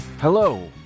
Hello